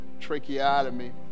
tracheotomy